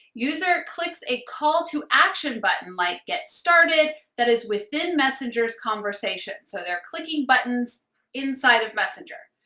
user clicks a call to action button, like get started, that is within messenger's conversations. so they're clicking buttons inside of messenger.